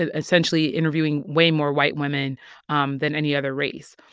ah essentially, interviewing way more white women um than any other race.